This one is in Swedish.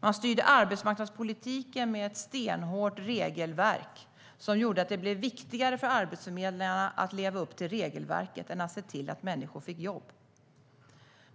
Man styrde arbetsmarknadspolitiken med ett stenhårt regelverk som gjorde att det blev viktigare för arbetsförmedlingarna att leva upp till regelverket än att se till att människor fick jobb.